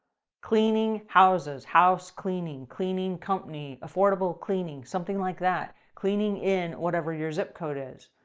cleaning houses, housecleaning, cleaning company, affordable cleaning something like that cleaning in whatever your zip code is,